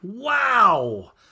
Wow